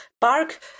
park